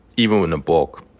even in a book,